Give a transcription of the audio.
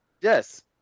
Yes